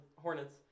hornets